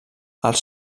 els